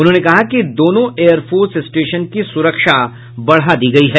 उन्होंने कहा कि दोनों एयरफोर्स स्टेशन की सुरक्षा बढ़ा दी गयी है